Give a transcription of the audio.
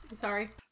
Sorry